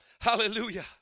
Hallelujah